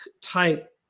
type